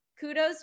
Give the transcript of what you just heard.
kudos